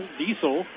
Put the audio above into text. diesel